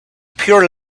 pure